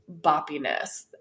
boppiness